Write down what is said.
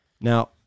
Now